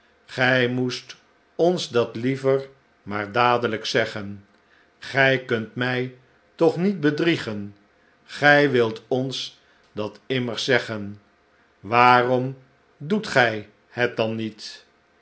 gij moest ons dat liever maar dadelijk zeggen gij kunt mi toch niet bedriegen gij wilt ons dat immers zeggen waarom doet gij het dan niet